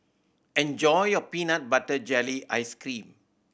enjoy your peanut butter jelly ice cream